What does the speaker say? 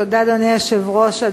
תודה, אדוני היושב-ראש.